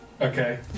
Okay